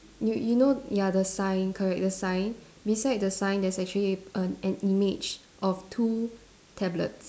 you you know ya the sign correct the sign beside the sign there's actually a an image of two tablets